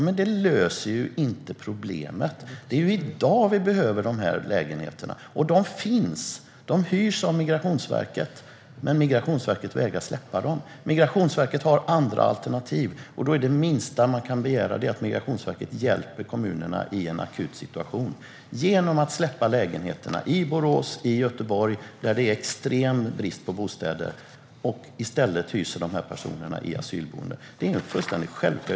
Men det löser inte problemet. Det är i dag vi behöver dessa lägenheter, och de finns. De hyrs av Migrationsverket, och Migrationsverket vägrar släppa dem. Eftersom Migrationsverket har andra alternativ är det minsta man kan begära att Migrationsverket hjälper kommunerna i en akut situation genom att släppa lägenheterna i Borås och Göteborg, där det är extrem brist på bostäder, och i stället hyser in dessa personer i asylboenden. Det är fullständigt självklart.